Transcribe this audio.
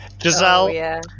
Giselle